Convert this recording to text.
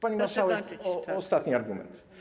Pani marszałek, ostatni argument.